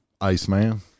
Iceman